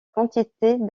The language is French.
quantité